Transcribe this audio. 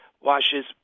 washes